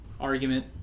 argument